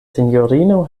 sinjorino